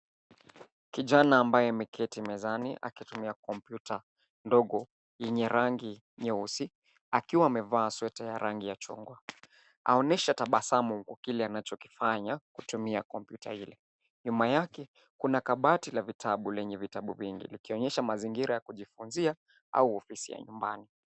Kijana ambaye ameketi mezani akitumia kompyuta ndogo yenye rangi nyeusi akiwa amevaa sweta ya rangi ya chungwa. Aonyesha tabasamu kwa kile anachokifanya kutumia kompyuta hili. Nyuma yake kuna kabati la vitabu lenye vitabu vingi likionyesha mazingira ya kujifunzia au ofisi ya nyumbani.